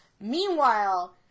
Meanwhile